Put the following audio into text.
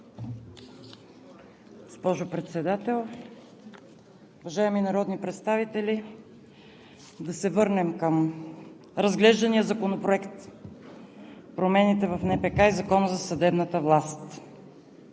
Госпожо Председател, уважаеми народни представители! Да се върнем към разглеждания законопроект, промените в НПК и Закона за съдебната власт.